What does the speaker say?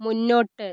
മുന്നോട്ട്